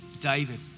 David